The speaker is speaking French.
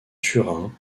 turin